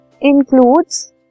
includes